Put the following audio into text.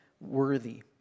worthy